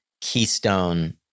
keystone